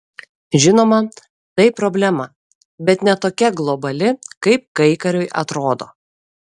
žinoma tai problema bet ne tokia globali kaip kaikariui atrodo